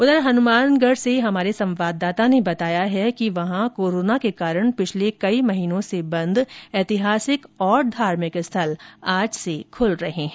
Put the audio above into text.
उधर हनुमानगढ़ से हमारे संवाददाता ने बताया कि वहां कोरोना के कारण पिछले कई महीनों से बंद ऐतिहासिक और धार्मिक स्थल आज से खूल रहे हैं